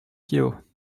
kilos